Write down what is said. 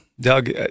Doug